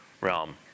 realm